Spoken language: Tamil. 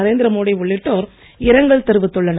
நரேந்திர மோடி உள்ளிட்டோர் இரங்கல் தெரிவித்துள்ளனர்